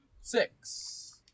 Six